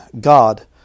God